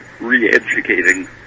re-educating